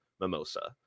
mimosa